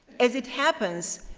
as it happens,